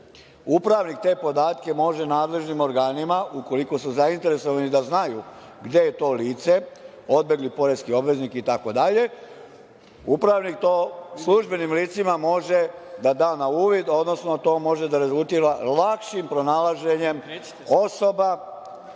upravnik te podatke može nadležnim organima, ukoliko su zainteresovani da znaju gde je to lice, odbegli poreski obveznik itd, službenim licima može da da na uvid, odnosno to može da rezultira lakšim pronalaženjem osoba.